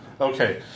Okay